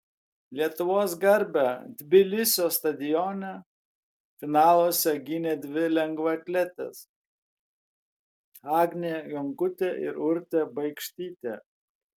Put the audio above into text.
lietuvos garbę tbilisio stadione finaluose gynė dvi lengvaatletės agnė jonkutė ir urtė baikštytė